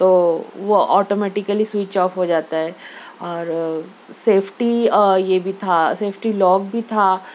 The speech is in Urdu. تو وہ آٹومیٹیکلی سوئچ آف ہوجاتا ہے اور سیفٹی یہ بھی تھا سیفٹی لوک بھی تھا